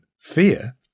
fear